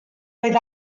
oedd